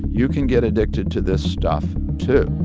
you can get addicted to this stuff too